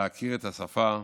להכיר את השפה,